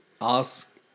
ask